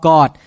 God